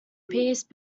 peace